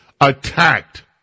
attacked